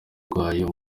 rwayo